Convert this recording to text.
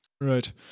right